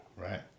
Right